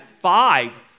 five